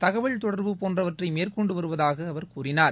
தகவல் தொடர்பு போன்றவற்றை மேற்கொண்டு வருவதாக அவர் கூறினார்